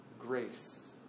grace